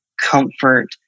comfort